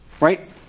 Right